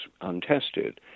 untested